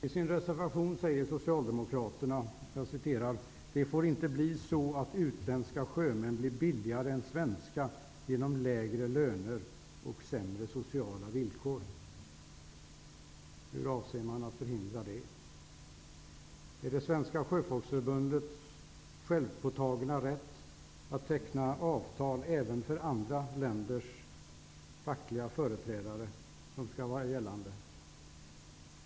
I sin reservation säger Socialdemokraterna: ''Det får inte bli så att utländska sjömän blir billigare än svenska genom lägre löner och sämre sociala villkor.'' Hur avser man att förhindra det? Är det Svenska sjöfolksförbundets självpåtagna rätt att teckna avtal även för andra länders fackliga företrädare som skall vara gällande?